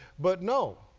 but no.